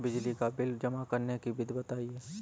बिजली का बिल जमा करने की विधि बताइए?